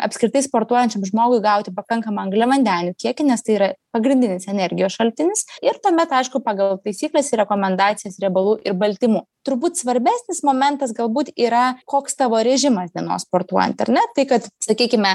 apskritai sportuojančiam žmogui gauti pakankamą angliavandenių kiekį nes tai yra pagrindinis energijos šaltinis ir tuomet aišku pagal taisykles ir rekomendacijas riebalų ir baltymų turbūt svarbesnis momentas galbūt yra koks tavo režimas dienos sportuojant ar ne tai kad sakykime